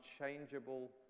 unchangeable